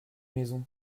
maison